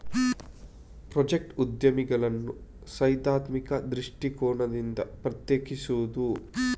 project ಉದ್ಯಮಿಗಳನ್ನು ಸೈದ್ಧಾಂತಿಕ ದೃಷ್ಟಿಕೋನದಿಂದ ಪ್ರತ್ಯೇಕಿಸುವುದು